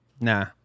Nah